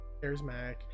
charismatic